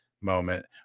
moment